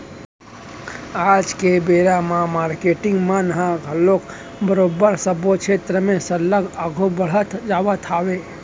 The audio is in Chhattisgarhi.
आज के बेरा म मारकेटिंग मन ह घलोक बरोबर सबे छेत्र म सरलग आघू बड़हत जावत हावय